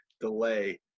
delay